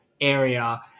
area